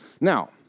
Now